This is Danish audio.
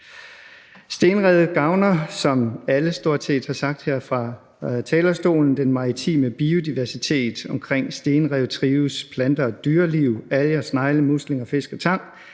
Stenrev gavner, som alle stort set har sagt her fra talerstolen, den maritime biodiversitet. Omkring stenrev trives plante- og dyreliv, alger, snegle, muslinger, fisk og tang.